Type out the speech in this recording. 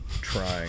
trying